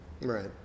right